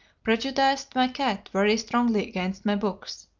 prejudiced my cat very strongly against my books.